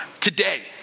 today